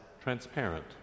transparent